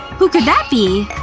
who could that be?